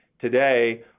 today